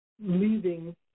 leaving